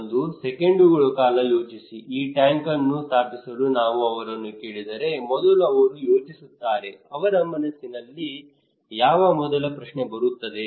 ಒಂದು ಸೆಕೆಂಡುಗಳ ಕಾಲ ಯೋಚಿಸಿ ಈ ಟ್ಯಾಂಕ್ ಅನ್ನು ಸ್ಥಾಪಿಸಲು ನಾವು ಅವರನ್ನು ಕೇಳಿದರೆ ಮೊದಲು ಅವರು ಯೋಚಿಸುತ್ತಾರೆ ಅವರ ಮನಸ್ಸಿನಲ್ಲಿ ಯಾವ ಮೊದಲ ಪ್ರಶ್ನೆ ಬರುತ್ತದೆ